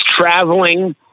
traveling